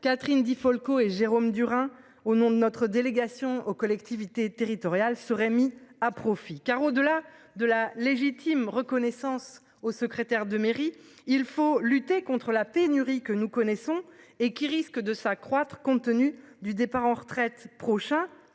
Catherine Di Folco et Jérôme Durain au nom de notre délégation aux collectivités territoriales seraient mis à profit car au-delà de la légitime reconnaissance au secrétaire de mairie. Il faut lutter contre la pénurie que nous connaissons et qui risque de s'accroître, compte tenu du départ en retraite prochain